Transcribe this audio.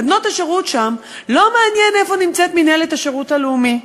את בנות השירות שם לא מעניינת איפה נמצאת מינהלת השירות הלאומי.